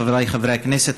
חבריי חברי הכנסת,